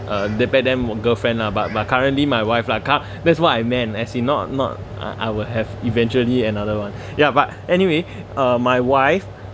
uh that back then girlfriend lah but but currently my wife lah cur~ that's what I meant as in not not uh I would have eventually another one ya but anyway uh my wife